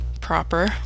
proper